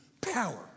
power